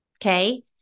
okay